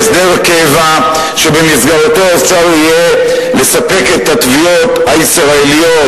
להסדר קבע שבמסגרתו אפשר יהיה לספק את התביעות הישראליות